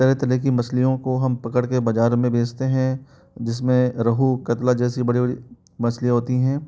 तरह तरह की मछलियों को हम पकड़ के बाज़ार में बेचते हैं जिस में रोहू कतला जैसी बड़ी बड़ी मछलियाँ होती हैं